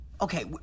okay